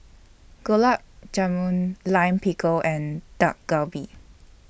Gulab Jamun Lime Pickle and Dak Galbi